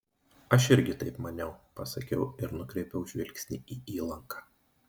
aš irgi taip maniau pasakiau ir nukreipiau žvilgsnį į įlanką